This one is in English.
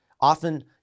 Often